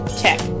check